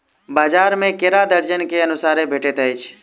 बजार में केरा दर्जन के अनुसारे भेटइत अछि